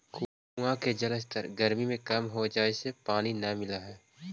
कुआँ के जलस्तर गरमी में कम हो जाए से पानी न मिलऽ हई